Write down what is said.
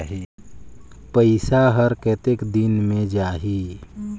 पइसा हर कतेक दिन मे जाही?